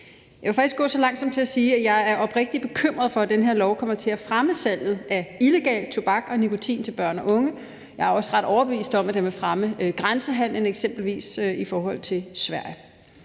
Jeg vil faktisk gå så langt som til at sige, at jeg er oprigtigt bekymret for, at den her lov kommer til at fremme salget af illegal tobak og nikotin til børn og unge. Jeg er også ret overbevist om, at den vil fremme grænsehandelen, eksempelvis i forhold til Sverige.